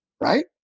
right